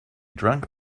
drank